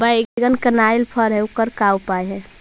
बैगन कनाइल फर है ओकर का उपाय है?